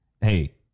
Hey